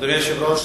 אדוני היושב-ראש,